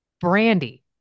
Brandy